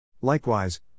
Likewise